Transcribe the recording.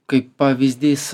kaip pavyzdys